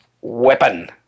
weapon